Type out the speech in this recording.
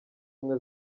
ubumwe